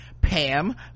pam